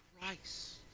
Christ